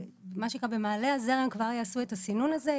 מה שנקרא במעלה הזרם כבר יעשו את הסינון הזה.